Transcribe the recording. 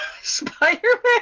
Spider-Man